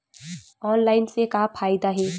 Online से का फ़ायदा हे?